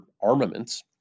armaments